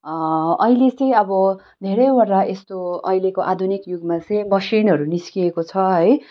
अहिले चाहिँ अब धेरैवटा यस्तो अहिलेको आधुनिक युगमा चाहिँ मसिनहरू निस्किएको छ है